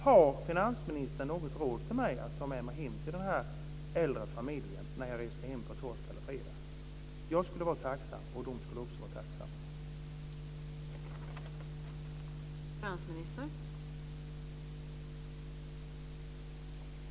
Har finansministern något råd till mig som jag kan ta med mig till den här äldre familjen när jag reser hem på torsdag eller fredag? Jag skulle vara tacksam, och de här människorna skulle också vara tacksamma.